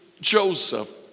Joseph